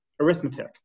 arithmetic